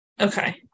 Okay